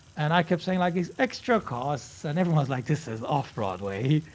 and i kept saying like, it's extra costs, and everyone's like, this is off broadway,